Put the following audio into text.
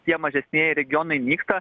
tie mažesnieji regionai nyksta